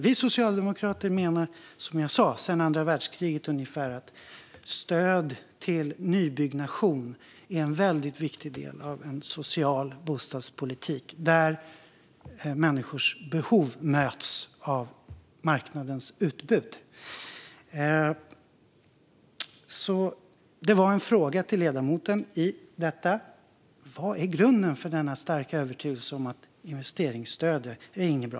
Vi socialdemokrater menar som sagt sedan andra världskriget, ungefär, att stöd till nybyggnation är en väldigt viktig del av en social bostadspolitik där människors behov möts av marknadens utbud. Det var en fråga till ledamoten i detta. Vad är grunden för denna starka övertygelse att investeringsstödet inte är något bra?